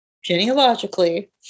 genealogically